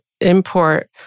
import